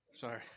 Sorry